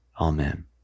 Amen